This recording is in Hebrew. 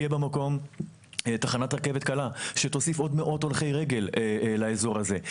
תהיה במקום תחנת רכבת קלה שתוסיף עוד מאות הולכי רגל לאזור הזה.